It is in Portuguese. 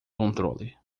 controle